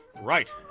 Right